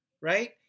right